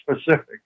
specific